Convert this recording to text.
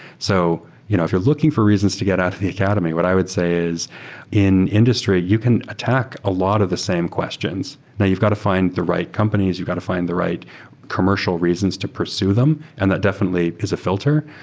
so you know if you're looking for reasons to get out of the academy, what i would say is in industry, you can attack a lot of the same questions. now you've got to find the right companies. you got to find the right commercial reasons to pursue them, and that definitely is a filter.